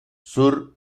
sur